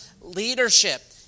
leadership